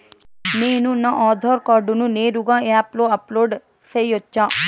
నేను నా ఆధార్ కార్డును నేరుగా యాప్ లో అప్లోడ్ సేయొచ్చా?